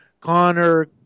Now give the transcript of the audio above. Connor